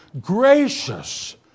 gracious